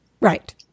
Right